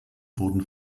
wurden